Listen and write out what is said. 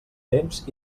temps